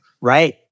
Right